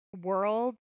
world